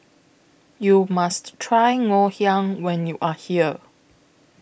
YOU must Try Ngoh Hiang when YOU Are here